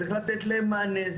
צריך לתת להם מענה.